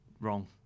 wrong